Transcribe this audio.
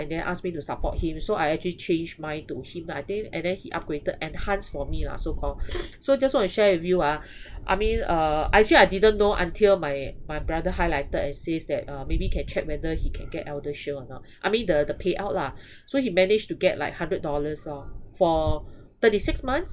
and then ask me to support him so I actually change mine to him I think and then he upgraded enhanced for me lah so call so just want to share with you ah I mean uh actually I didn't know until my my brother highlighted and says that uh maybe can check whether he can get eldershield or not I mean the the payout lah so he managed to get like hundred dollars lor for thirty six months